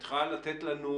את יכולה לתת לנו